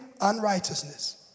unrighteousness